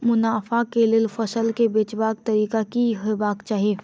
मुनाफा केँ लेल फसल केँ बेचबाक तरीका की हेबाक चाहि?